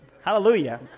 Hallelujah